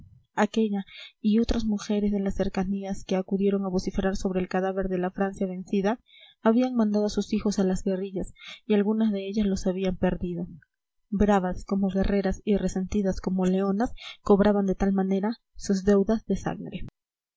aquella y otras mujeres de las cercanías que acudieron a vociferar sobre el cadáver de la francia vencida habían mandado a sus hijos a las guerrillas y algunas de ellas los habían perdido bravas como guerreras y resentidas como leonas cobraban de tal manera sus deudas de sangre